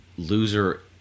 loser